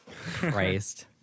Christ